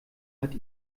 hat